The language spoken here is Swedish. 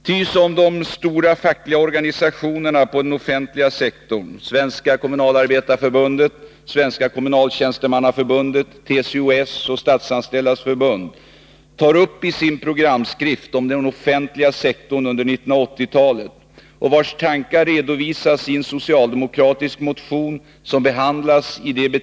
Ty som de stora fackliga organisationerna inom den offentliga sektorn — Svenska kommunalarbetareförbundet, Svenska kommunaltjänstemannaförbundet, TCO-S och Statsanställdas förbund — säger i sin programskrift om den offentliga sektorn under 1980-talet, så är den offentliga tjänsteproduktionen något av en motor som skapar möjligheter för näringslivet.